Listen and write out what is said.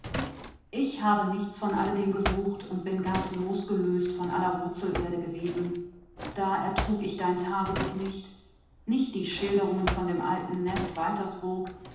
ich habe nichts von alledem gesucht und bin ganz losgelöst von aller wurzelerde gewesen da ertrug ich dein tagebuch nicht nicht die schilderungen von dem alten nest